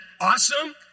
awesome